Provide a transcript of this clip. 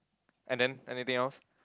and then anything else